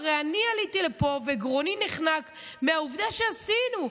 הרי אני עליתי לפה וגרוני נחנק מהעובדה שעשינו,